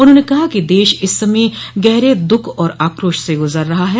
उन्होंने कहा कि देश इस समय गहरे दुःख और आक्रोश से गुजर रहा है